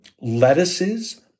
lettuces